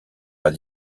pas